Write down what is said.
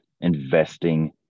investing